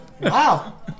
Wow